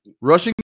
Rushing